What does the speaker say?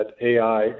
AI